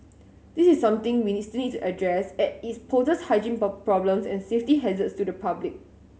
this is something we still need to address as it poses hygiene problems and safety hazards to the public